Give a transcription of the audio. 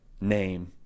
name